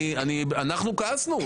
אנחנו כעסתי.